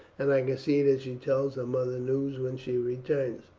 and i can see that she tells her mother news when she returns.